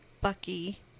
Bucky